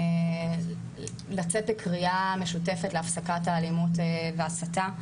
לצאת בקריאה משותפת להפסקת האלימות והסתה,